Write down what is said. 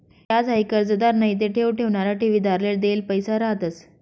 याज हाई कर्जदार नैते ठेव ठेवणारा ठेवीदारले देल पैसा रहातंस